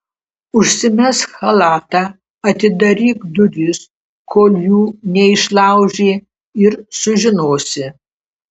užsimesk chalatą atidaryk duris kol jų neišlaužė ir sužinosi